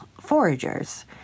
foragers